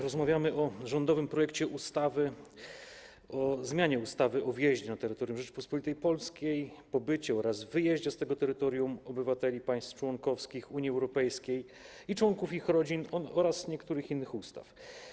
Rozmawiamy o rządowym projekcie ustawy o zmianie ustawy o wjeździe na terytorium Rzeczypospolitej Polskiej, pobycie oraz wyjeździe z tego terytorium obywateli państw członkowskich Unii Europejskiej i członków ich rodzin oraz niektórych innych ustaw.